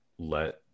let